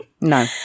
No